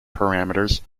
parameters